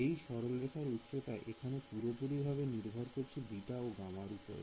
এই সরলরেখার উচ্চতা এইখানে পুরোপুরিভাবে নির্ভর করছে β ও γ র উপরে